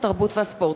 התרבות והספורט.